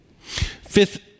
Fifth